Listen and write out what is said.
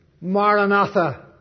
Maranatha